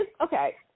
Okay